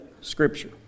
Scripture